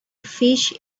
fish